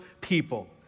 people